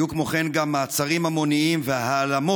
כמו כן היו מעצרים המוניים והעלמות,